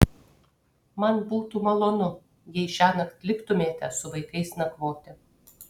man būtų malonu jei šiąnakt liktumėte su vaikais nakvoti